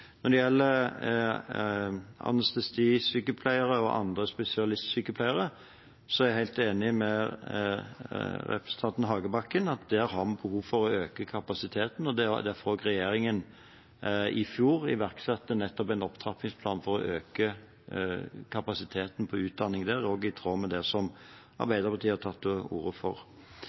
Når det gjelder anestesisykepleiere og andre spesialistsykepleiere, er jeg helt enig med representanten Hagebakken i at der har vi behov for å øke kapasiteten. Derfor iverksatte også regjeringen i fjor en opptrappingsplan for å øke kapasiteten på utdanningen. Det er også i tråd med det Arbeiderpartiet har tatt til orde for.